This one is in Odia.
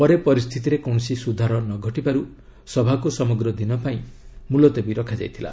ପରେ ପରିସ୍ଥିତିରେ କୌଣସି ସୁଧାର ନ ଘଟିବାରୁ ସଭାକୁ ସମଗ୍ର ଦିନ ପାଇଁ ମୁଲତବୀ ରଖାଯାଇଥିଲା